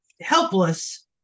helpless